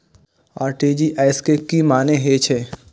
RTGS के की मानें हे छे?